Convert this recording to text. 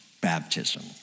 baptism